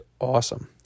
awesome